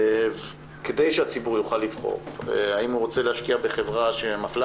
כדי שהציבור יוכל לבחור האם הוא רוצה להשקיע בחברה שמפלה